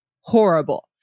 horrible